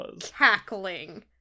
cackling